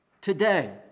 today